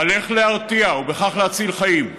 על איך להרתיע ובכך להציל חיים,